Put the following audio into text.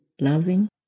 loving